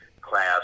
class